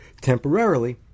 temporarily